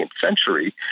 century